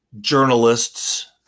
journalists